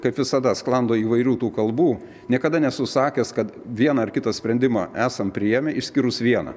kaip visada sklando įvairių tų kalbų niekada nesu sakęs kad vieną ar kitą sprendimą esam priėmę išskyrus vieną